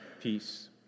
peace